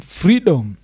freedom